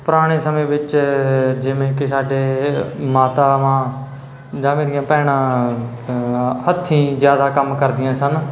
ਪੁਰਾਣੇ ਸਮੇਂ ਵਿੱਚ ਜਿਵੇਂ ਕਿ ਸਾਡੇ ਮਾਤਾਵਾਂ ਜਾਂ ਮੇਰੀਆਂ ਭੈਣਾਂ ਹੱਥੀ ਜਿਆਦਾ ਕੰਮ ਕਰਦੀਆਂ ਸਨ